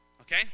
Okay